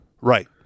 Right